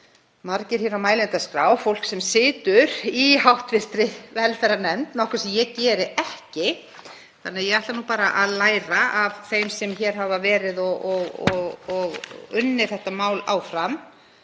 margir hér á mælendaskrá, fólk sem situr í hv. velferðarnefnd, nokkuð sem ég geri ekki, þannig að ég ætla nú bara að læra af þeim sem hér hafa verið og unnið þetta mál áfram.